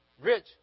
rich